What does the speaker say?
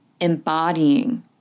embodying